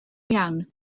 iawn